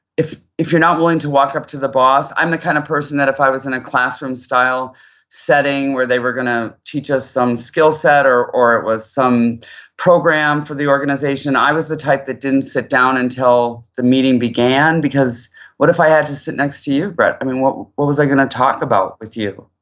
if if you're not willing to walk up to the boss, i'm the kind of person that if i was in a classroom style setting where they were going to teach us some skillset or or it was some program for the organization, i was the type that didn't sit down until the meeting began because what if i had to sit next to you, brett? what what was i going to talk about with you?